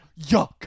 Yuck